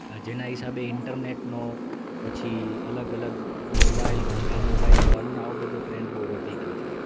જેના હિસાબે ઈન્ટરનેટનો પછી અલગ અલગ મોબાઈલ મોંઘા મોબાઈલ લેવાનો ને આવો બધો ટ્રેન્ડ બહુ વધી ગયો છે